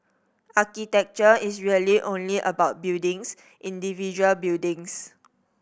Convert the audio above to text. architecture is really only about buildings individual buildings